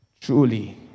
truly